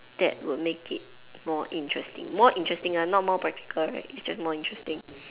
that will make it more interesting more interesting lah not more practical right it's just more interesting